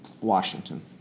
Washington